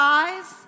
eyes